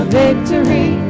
victory